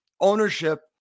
ownership